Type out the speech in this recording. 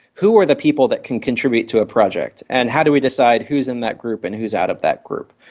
who are the people that can contribute to a project and how do we decide who is in that group and who is out of that group?